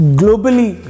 globally